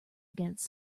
against